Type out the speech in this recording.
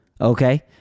Okay